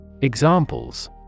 Examples